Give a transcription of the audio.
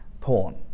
porn